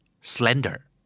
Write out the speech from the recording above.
slender